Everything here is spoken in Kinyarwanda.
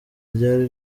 ryari